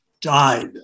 died